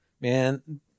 Man